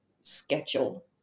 schedule